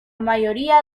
mayoría